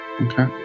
Okay